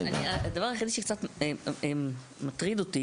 הדבר היחידי שקצת מטריד אותי